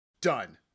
Done